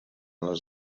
les